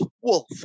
wolf